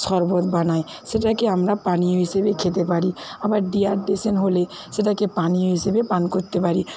শরবত বানাই সেটাকে আমরা পানীয় হিসেবে খেতে পারি আবার ডিহাইড্রেশন হলে সেটাকে পানীয় হিসেবে পান করতে পারি